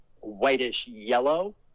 whitish-yellow